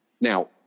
Now